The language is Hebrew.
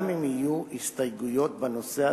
גם אם יהיו הסתייגויות בנושא הזה,